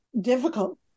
difficult